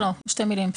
שתי מילים,